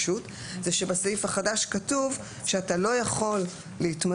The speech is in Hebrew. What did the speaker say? זה שבסעיף החדש כתוב שאתה לא יכול להתמנות,